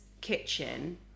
kitchen